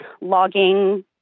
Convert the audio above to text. logging